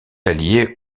allié